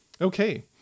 Okay